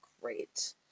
great